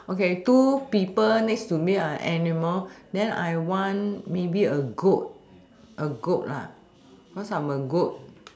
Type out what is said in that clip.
okay two people next to me are animal then I want maybe a goat a goat lah because I'm a goat